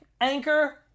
anchor